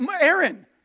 Aaron